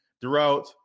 throughout